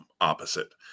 opposite